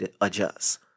adjust